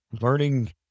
learning